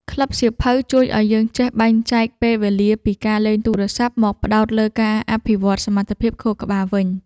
ក្លឹបសៀវភៅជួយឱ្យយើងចេះបែងចែកពេលវេលាពីការលេងទូរស័ព្ទមកផ្ដោតលើការអភិវឌ្ឍសមត្ថភាពខួរក្បាលវិញ។